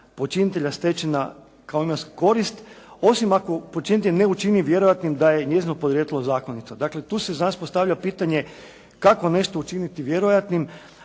počinitelja stečena kao jedna korist, osim ako počinitelj ne učini vjerojatnim da je njezino podrijetlo zakonito. Dakle, tu se za nas postavlja pitanje kako nešto učiniti vjerojatnim,